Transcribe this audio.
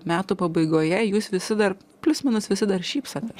metų pabaigoje jūs visi dar plius minus visi dar šypsotės